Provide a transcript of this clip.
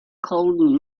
cold